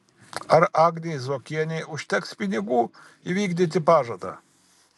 ar agnei zuokienei užteks pinigų įvykdyti pažadą